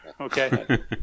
Okay